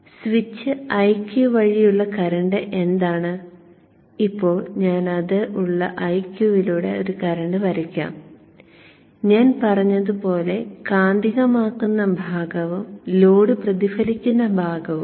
അതിനാൽ switch Iq വഴിയുള്ള current എന്താണ് ഇപ്പോൾ ഞാൻ അത് ഉള്ള Iq ലൂടെ കറന്റ് വരയ്ക്കട്ടെ ഞാൻ പറഞ്ഞതുപോലെ കാന്തികമാക്കുന്ന ഭാഗവും ലോഡ് പ്രതിഫലിക്കുന്ന ഭാഗവും